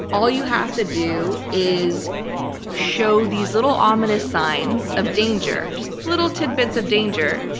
all you have to do is show these little ominous signs of danger. just little tidbits of danger.